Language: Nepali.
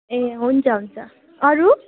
ए हुन्छ हुन्छ अरू